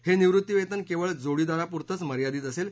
हे निवृत्तीवेतन केवळ जोडीदारापुरतेच मर्यादित असेल